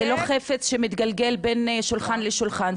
זה לא חפץ שמתגלגל בין שולחן לשולחן,